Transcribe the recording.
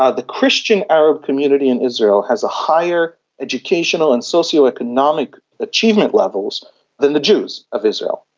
ah the christian arab community in israel has higher educational and socio-economic achievement levels than the jews of israel.